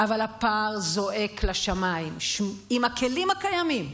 אבל הפער זועק לשמיים: עם הכלים הקיימים,